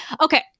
Okay